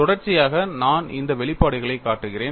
தொடர்ச்சியாக நான் இந்த வெளிப்பாடுகளைக் காட்டுகிறேன்